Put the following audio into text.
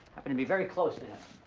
happen to be very close to him.